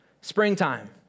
springtime